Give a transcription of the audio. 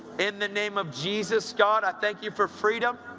in the name of jesus, god. i thank you for freedom.